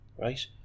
Right